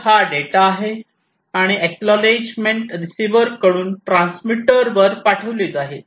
तर हा डेटा आहे आणि एक्नॉलेजमेंट रिसीव्हरकडून ट्रान्समीटरवर पाठविली जाईल